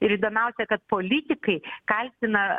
ir įdomiausia kad politikai kaltina